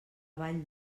vall